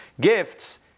gifts